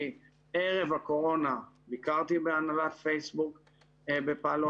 ערב הקורונה אני ביקרתי בהנהלת פייסבוק בפאלו